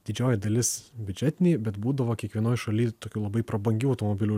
didžioji dalis biudžetiniai bet būdavo kiekvienoj šaly tokių labai prabangių automobilių